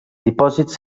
dipòsits